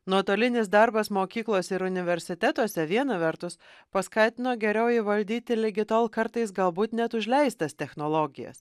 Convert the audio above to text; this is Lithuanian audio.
nuotolinis darbas mokyklose ir universitetuose viena vertus paskatino geriau įvaldyti ligi tol kartais galbūt net užleistas technologijas